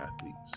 athletes